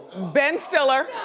ben stiller.